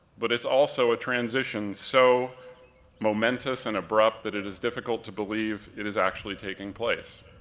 but it's also a transition so momentous and abrupt that it is difficult to believe it is actually taking place.